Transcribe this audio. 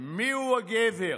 מיהו הגבר.